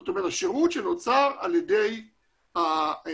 זאת אומרת שירות שנוצר על ידי הטכנולוגיה.